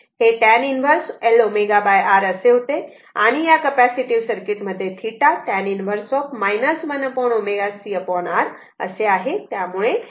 हे tan 1 L ω R असे होते आणि या कपॅसिटीव्ह सर्किट मध्ये हे θ tan 1 1 ω c R असे आहे त्यामुळे θ निगेटिव्ह आहे